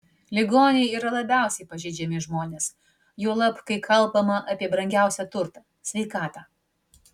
ligoniai yra labiausiai pažeidžiami žmonės juolab kai kalbama apie brangiausią turtą sveikatą